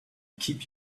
keep